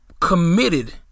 committed